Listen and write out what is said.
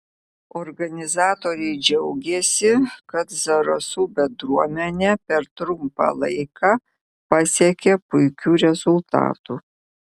organizatoriai džiaugėsi kad zarasų bendruomenė per trumpą laiką pasiekė puikių rezultatų